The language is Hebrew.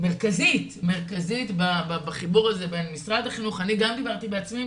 מרכזית בחיבור הזה בין משרד החינוך.